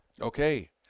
Okay